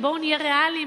ובואו נהיה ריאליים,